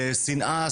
לשנאה,